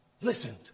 listened